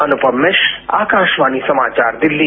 अनुपम मिश्र आकाशवाणी समाचार दिल्ली